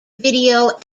video